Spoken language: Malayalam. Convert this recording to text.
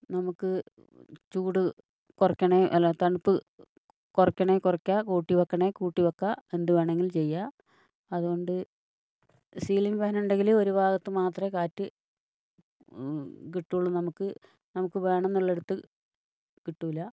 നമുക്ക് ചൂട് കുറയ്ക്കണേൽ അല്ല തണുപ്പ് കുറയ്ക്കണേൽ കുറയ്ക്കാം കൂട്ടിവെക്കണേൽ കൂട്ടിവെക്കാം എന്തുവേണമെങ്കിലും ചെയ്യാം അതുകൊണ്ട് സീലിംഗ് ഫാനാണെങ്കിൽ ഒരു ഭാഗത്ത് മാത്രേ കാറ്റ് കിട്ടുള്ളു നമുക്ക് നമുക്ക് വേണമെന്നുള്ളിടത്ത് കിട്ടൂല